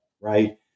right